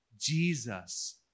Jesus